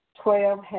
Twelve